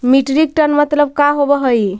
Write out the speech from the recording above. Metric tonne मतलब का होव हइ?